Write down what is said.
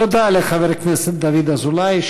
תודה לחבר הכנסת דוד אזולאי,